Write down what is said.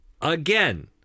again